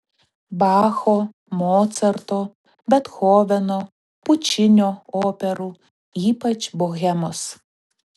bacho mocarto bethoveno pučinio operų ypač bohemos